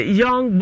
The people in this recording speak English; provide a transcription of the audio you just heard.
young